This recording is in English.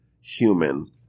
human